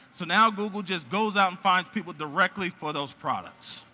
so now google just goes out and finds people directly for those products.